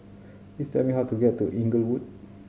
please tell me how to get to Inglewood